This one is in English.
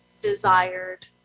Desired